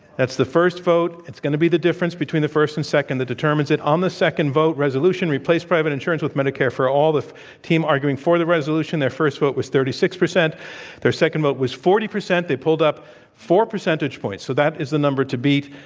that's the first vote. it's going to be the difference between the first and second that determines it. on the second vote, resolution, replace private insurance with medicare for all, the team arguing for the resolution their first vote was thirty six percent their second vote was forty percent. they pulled up four percentage points, so that is the number to beat.